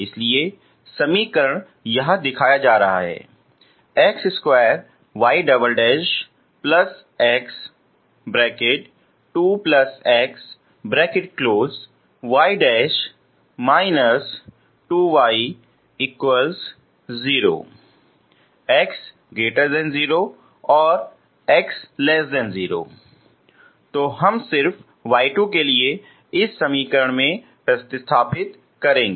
इसलिए समीकरण यहां दिया जाता है तो हम सिर्फ y 2के लिए इस समीकरण में प्रतिस्थापित होगा